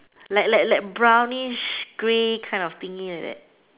like like like brownish grey kind of thing like that